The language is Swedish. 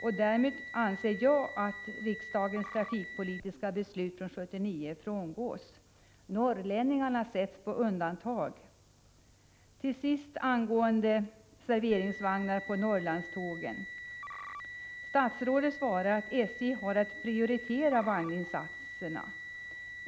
Därmed frångås, anser jag, riksdagens trafikpolitiska beslut från 1979. Norrlänningarna sätts på undantag! Statsrådet svarar att SJ har att prioritera vagninsatserna.